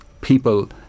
people